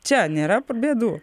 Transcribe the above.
čia nėra bėdų